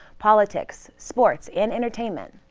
politics, sports and entertainment,